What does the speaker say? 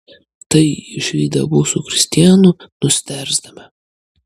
tai išvydę abu su kristianu nustėrstame